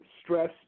stress